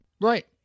Right